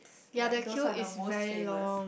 like those are the most famous